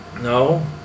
No